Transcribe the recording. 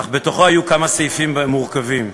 אך היו בתוכו כמה סעיפים מורכבים.